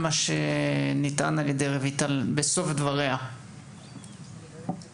מה שנטען בסוף דבריה של רויטל.